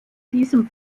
diesem